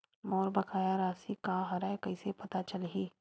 मोर बकाया राशि का हरय कइसे पता चलहि?